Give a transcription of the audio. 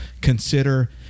consider